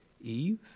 Eve